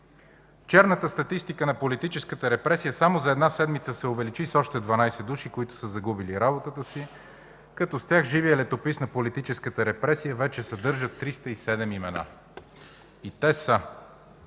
Черната статистика на политическата репресия само за една седмица се увеличи с още 12 души, които са загубили работата си, като с тях живият летопис на политическата репресия вече съдържа 307 имена и те са: